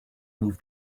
move